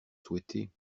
souhaiter